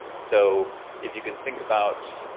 so if you can think about.